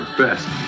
best